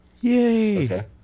Yay